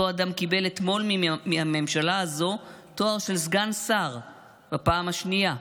אותו אדם קיבל אתמול מהממשלה הזו תואר של סגן שר בפעם השנייה,